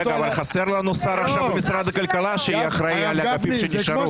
חסר לנו עכשיו שר במשרד הכלכלה שיהיה אחראי על האגפים שנשארו.